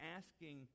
asking